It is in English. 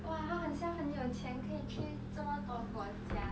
!wah! 她好像很有钱可以去这么多国家